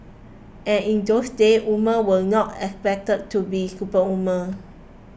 and in those days woman were not expected to be superwoman